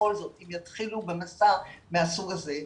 בכל זאת אם יתחילו במסע מהסוג הזה,